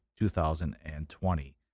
2020